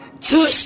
two